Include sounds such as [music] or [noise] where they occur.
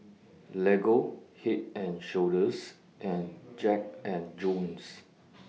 Lego Head and Shoulders and Jack and Jones [noise]